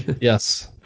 Yes